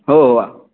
हो हो वा